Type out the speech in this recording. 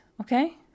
okay